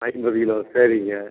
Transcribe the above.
ஐம்பது கிலோ சரிங்க